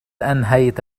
أنهيت